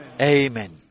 Amen